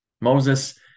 Moses